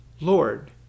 Lord